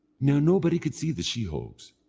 now nobody could see the sheehogues,